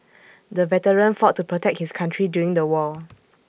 the veteran fought to protect his country during the war